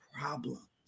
problems